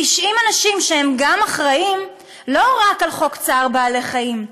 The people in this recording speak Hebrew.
90 אנשים שהם אחראים לא רק לחוק צער בעלי-חיים,